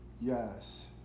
Yes